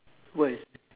why